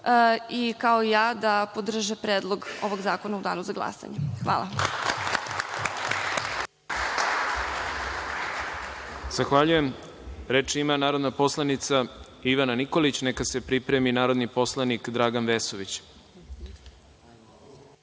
i kao i ja da podrže Predlog ovog zakona u Danu za glasanje. Hvala.